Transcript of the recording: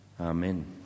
Amen